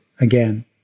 again